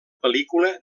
pel·lícula